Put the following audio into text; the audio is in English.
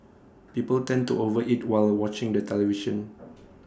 people tend to over eat while watching the television